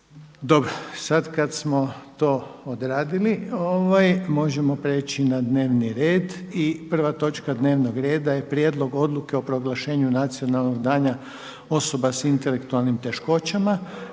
Dobro, sad kad smo to odradili možemo prijeći na dnevni red i prva točka dnevnog reda je - Prijedlog odluke o proglašenju „Nacionalnog dana osoba sa intelektualnim teškoćama“